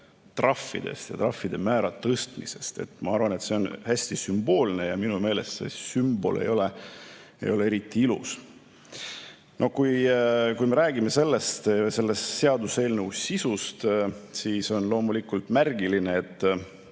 trahvidest ja trahvide määra tõstmisest. Ma arvan, et see on hästi sümboolne ja minu meelest see sümbol ei ole eriti ilus. Kui me räägime selle seaduseelnõu sisust, siis on loomulikult märgiline, et